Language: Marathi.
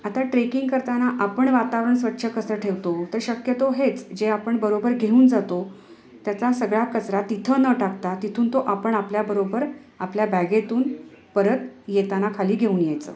आता ट्रेकिंग करताना आपण वातावरण स्वच्छ कसं ठेवतो तर शक्यतो हेच जे आपण बरोबर घेऊन जातो त्याचा सगळा कचरा तिथं न टाकता तिथून तो आपण आपल्याबरोबर आपल्या बॅगेतून परत येताना खाली घेऊन यायचं